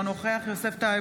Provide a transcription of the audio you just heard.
אינו נוכח יוסף טייב,